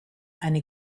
eine